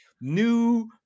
new